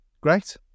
Great